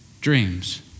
dreams